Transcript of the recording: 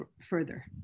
further